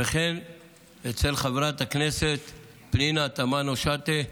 וכן היינו אצל חברת הכנסת פנינה תמנו שטה,